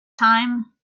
time